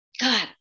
God